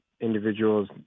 individuals